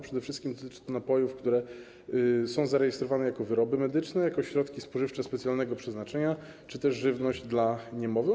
Przede wszystkim dotyczy to napojów, które są zarejestrowane jako wyroby medyczne, jako środki spożywcze specjalnego przeznaczenia czy też żywność dla niemowląt.